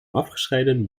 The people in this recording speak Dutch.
afgescheiden